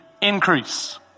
increase